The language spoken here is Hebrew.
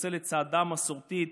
יוצא לצעדה המסורתית.